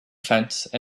fence